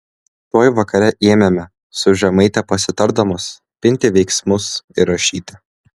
tuoj vakare ėmėme su žemaite pasitardamos pinti veiksmus ir rašyti